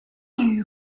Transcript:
you